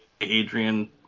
Adrian